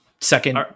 Second